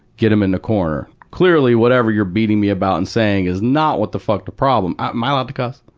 get em in the corner. clearly, whatever you're beating me about and saying is not what the fuck the problem am i allowed to cuss?